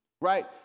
right